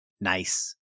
nice